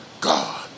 God